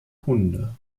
hunde